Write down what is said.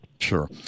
Sure